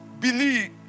believe